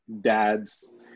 dads